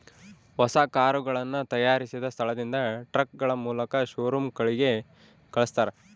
ಹೊಸ ಕರುಗಳನ್ನ ತಯಾರಿಸಿದ ಸ್ಥಳದಿಂದ ಟ್ರಕ್ಗಳ ಮೂಲಕ ಶೋರೂಮ್ ಗಳಿಗೆ ಕಲ್ಸ್ತರ